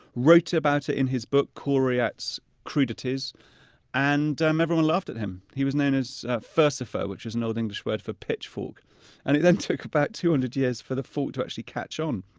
wrote about it in his book coryat's crudities and um everyone laughed at him. he was known as furcifer, which is an old english word for pitchfork and it then took about two hundred years for the fork to actually catch on.